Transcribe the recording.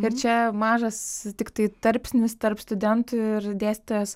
ir čia mažas tiktai tarpsnis tarp studentų ir dėstytojos